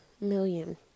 million